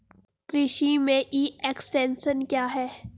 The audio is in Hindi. कृषि में ई एक्सटेंशन क्या है?